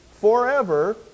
forever